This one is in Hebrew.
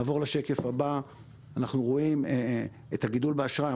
בשקף הבא אנחנו רואים את הגידול באשראי.